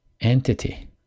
entity